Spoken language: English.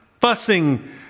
fussing